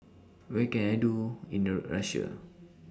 What Can I Do in The Russia